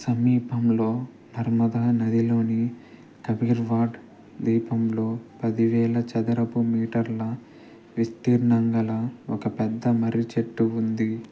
సమీపంలో నర్మదా నదిలోని కబీర్వాడ్ ద్వీపంలో పదివేల చదరపు మీటర్ల విస్తీర్ణంగల ఒక పెద్ద మర్రి చెట్టు ఉంది